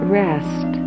rest